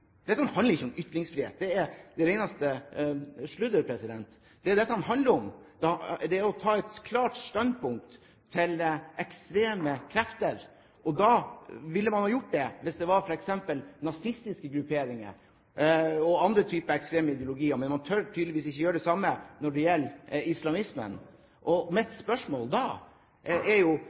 Dette handler ikke om ytringsfrihet. Det er det reneste sludder! Det dette handler om, er å ta et klart standpunkt til ekstreme krefter. Man ville ha gjort det hvis det f.eks. var nazistiske grupperinger og andre typer ekstreme ideologier, men man tør tydeligvis ikke gjøre det samme når det gjelder islamismen. Mitt spørsmål er da: Hvorfor vil man ikke stoppe finansieringen av imamer til Norge? Representanten er